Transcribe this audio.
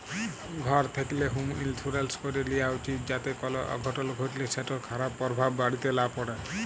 ঘর থ্যাকলে হম ইলসুরেলস ক্যরে লিয়া উচিত যাতে কল অঘটল ঘটলে সেটর খারাপ পরভাব বাড়িতে লা প্যড়ে